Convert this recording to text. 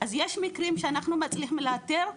אז יש מקרים שאנחנו מצליחים לאתר,